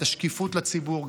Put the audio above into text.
השקיפות לציבור,